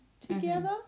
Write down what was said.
together